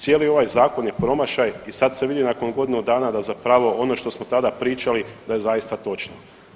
Cijeli ovaj zakon je promašaj i sad se vidi nakon godinu dana da zapravo ono što smo tada pričali da je zaista točno.